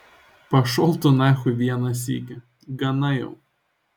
pašol tu nachui vieną sykį gana jau